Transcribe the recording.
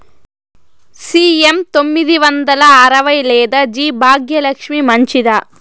CM తొమ్మిది వందల అరవై లేదా జి భాగ్యలక్ష్మి మంచిదా?